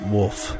Wolf